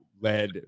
led